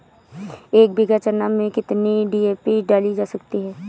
एक बीघा चना में कितनी डी.ए.पी डाली जा सकती है?